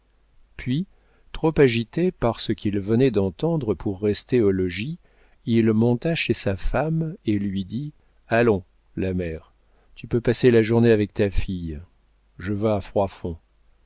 puis trop agité par ce qu'il venait d'entendre pour rester au logis il monta chez sa femme et lui dit allons la mère tu peux passer la journée avec ta fille je vas